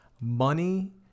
money